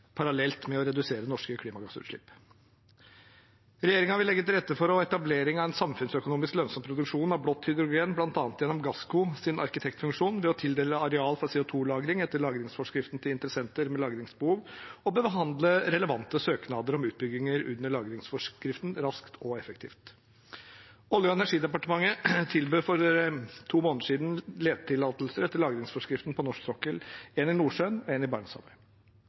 parallelt med å redusere norske klimagassutslipp. Regjeringen vil legge til rette for etablering av en samfunnsøkonomisk lønnsom produksjon av blått hydrogen, bl.a. gjennom Gasscos arkitektfunksjon, ved å tildele areal for CO 2 -lagring etter lagringsforskriften til interessenter med lagringsbehov og behandle relevante søknader om utbygginger under lagringsforskriften raskt og effektivt. Olje- og energidepartementet tilbød for to måneder siden letetillatelser etter lagringsforskriften på norsk sokkel – en i Nordsjøen og en i